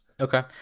okay